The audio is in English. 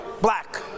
black